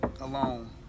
alone